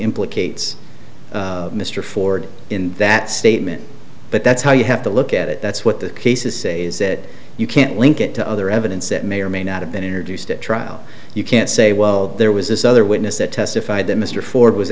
implicates mr ford in that statement but that's how you have to look at it that's what the case is sais that you can't link it to other evidence that may or may not have been introduced at trial you can't say well there was this other witness that testified that mr ford was